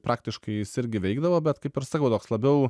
praktiškai jis irgi veikdavo bet kaip ir sakau toks labiau